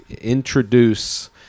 introduce